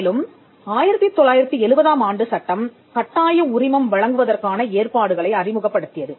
மேலும் 1970 ஆம் ஆண்டு சட்டம் கட்டாய உரிமம் வழங்குவதற்கான ஏற்பாடுகளை அறிமுகப்படுத்தியது